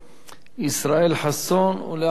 ישראל חסון, ואחריו,